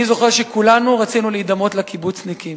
אני זוכר שכולנו רצינו להידמות לקיבוצניקים.